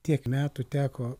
tiek metų teko